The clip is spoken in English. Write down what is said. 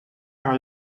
are